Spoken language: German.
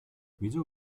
wieso